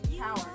power